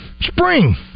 spring